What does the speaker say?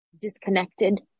disconnected